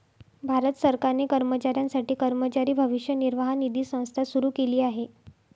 भारत सरकारने कर्मचाऱ्यांसाठी कर्मचारी भविष्य निर्वाह निधी संस्था सुरू केली आहे